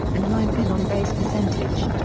and ninth in on-base percentage.